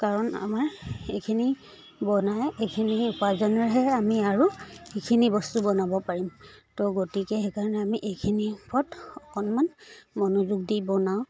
কাৰণ আমাৰ এইখিনি বনাই এইখিনি উপাৰ্জনৰহে আমি আৰু সেইখিনি বস্তু বনাব পাৰিম তো গতিকে সেইকাৰণে আমি এইখিনিৰ পথ অকণমান মনোযোগ দি বনাওঁ